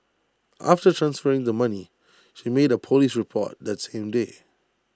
after transferring the money she made A Police report that same day